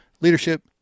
Leadership